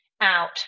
out